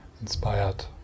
inspired